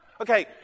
Okay